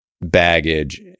Baggage